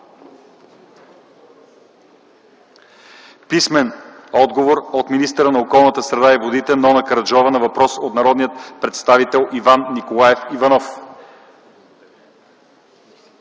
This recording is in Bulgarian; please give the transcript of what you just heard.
Писмен отговор от министъра на околната среда и водите Нона Караджова на въпрос от народния представител Иван Николаев Иванов.